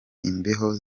imbohe